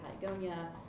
patagonia